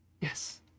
Yes